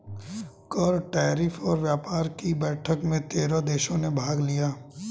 कर, टैरिफ और व्यापार कि बैठक में तेरह देशों ने भाग लिया